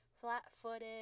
flat-footed